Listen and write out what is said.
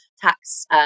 tax